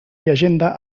llegenda